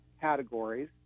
categories